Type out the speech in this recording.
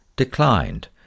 declined